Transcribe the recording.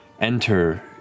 enter